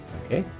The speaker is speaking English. Okay